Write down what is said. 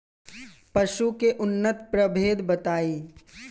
पशु के उन्नत प्रभेद बताई?